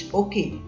okay